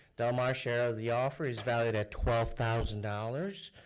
del mar's share of the offer is valued at twelve thousand dollars.